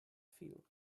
field